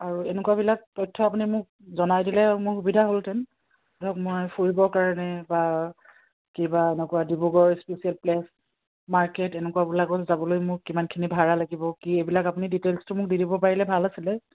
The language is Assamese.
আৰু এনেকুৱাবিলাক তথ্য আপুনি মোক জনাই দিলে মোৰ সুবিধা হ'লহেঁতেন ধৰক মই ফুৰিবৰ কাৰণে বা কিবা এনেকুৱা ডিব্ৰুগড় স্পেচিয়েল প্লেছ মাৰ্কেট এনেকুৱাবিলাকত যাবলৈ মোক কিমানখিনি ভাড়া লাগিব কি এইবিলাক আপুনি ডিটেইলছটো মোক দি দিব পাৰিলে ভাল আছিলে